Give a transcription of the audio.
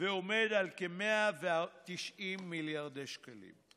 ועומד על כ-190 מיליארדי שקלים.